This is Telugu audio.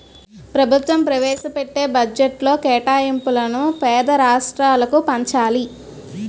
ప్రభుత్వం ప్రవేశపెట్టే బడ్జెట్లో కేటాయింపులను పేద రాష్ట్రాలకు పంచాలి